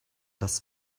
das